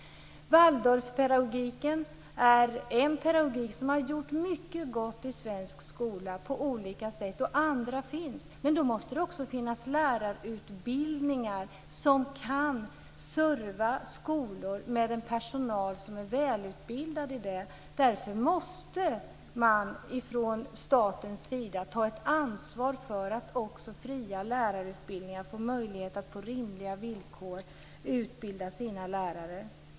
Waldorfpedagogiken är en pedagogik som gjort mycket gott i svensk skola på olika sätt, och det finns andra. Men då måste det också finnas lärarutbildningar som kan serva skolor med en personal som är välutbildad. Därför måste man från statens sida ta ett ansvar för att också fria lärarutbildningar får en möjlighet att på rimliga villkor utbilda sina lärare.